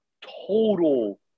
total